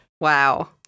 wow